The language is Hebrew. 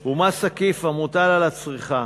הוא מס עקיף המוטל על הצריכה